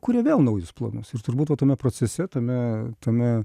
kuria vėl naujus planus ir turbūt va tame procese tame tame